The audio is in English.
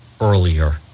earlier